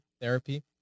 therapy